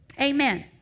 Amen